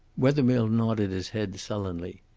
wethermill nodded his head sullenly.